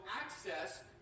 access